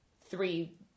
three